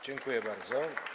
Dziękuję bardzo.